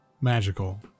magical